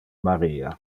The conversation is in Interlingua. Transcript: maria